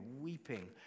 weeping